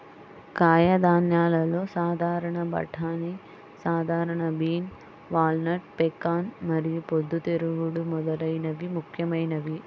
కాయధాన్యాలలో సాధారణ బఠానీ, సాధారణ బీన్, వాల్నట్, పెకాన్ మరియు పొద్దుతిరుగుడు మొదలైనవి ముఖ్యమైనవి